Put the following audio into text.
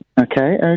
Okay